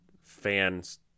fans